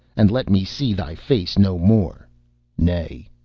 and let me see thy face no more nay,